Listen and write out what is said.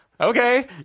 Okay